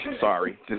sorry